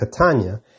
Catania